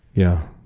yeah,